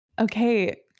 Okay